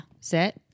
Set